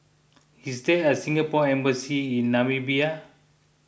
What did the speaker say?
is there a Singapore Embassy in Namibia